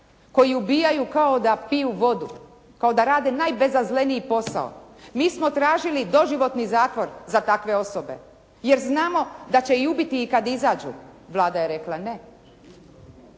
koji ubijaju kao da piju vodu, kao da rade najbezazleniji posao. Mi smo tražili doživotni zatvor za takve osobe jer znamo da će i ubiti kad izađu. Vlada je rekla: Ne.